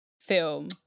film